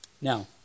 Now